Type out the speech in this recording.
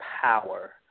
power